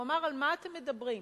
הוא אמר: על מה אתם מדברים?